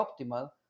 optimal